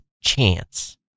chance